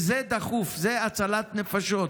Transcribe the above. זה דחוף, זאת הצלת נפשות,